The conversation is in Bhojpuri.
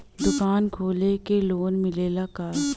दुकान खोले के लोन मिलेला का?